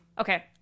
okay